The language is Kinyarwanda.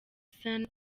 san